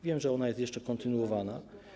Wiem, że ona jest jeszcze kontynuowana.